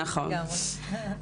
נכון.